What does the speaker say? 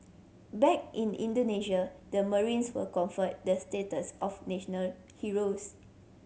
back in Indonesia the marines were conferred the status of national heroes